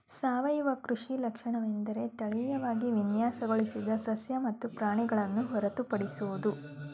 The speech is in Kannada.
ಸಾವಯವ ಕೃಷಿ ಲಕ್ಷಣವೆಂದರೆ ತಳೀಯವಾಗಿ ವಿನ್ಯಾಸಗೊಳಿಸಿದ ಸಸ್ಯ ಮತ್ತು ಪ್ರಾಣಿಗಳನ್ನು ಹೊರತುಪಡಿಸೋದು